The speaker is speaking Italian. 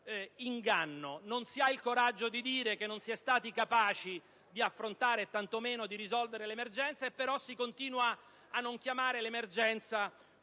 ingannatorio. Non si ha il coraggio di ammettere che non si è stati capaci di affrontare, e tanto meno di risolvere, l'emergenza, e si continua a non chiamare l'emergenza